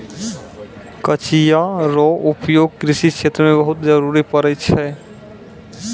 कचिया रो उपयोग कृषि क्षेत्र मे बहुत जरुरी पड़ै छै